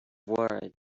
worried